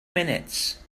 minutes